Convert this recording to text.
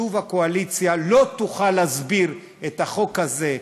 שוב הקואליציה לא תוכל להסביר את החוק הזה,